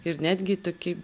ir netgi tokį